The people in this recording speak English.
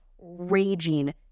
raging